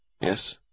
Yes